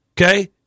Okay